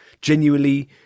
genuinely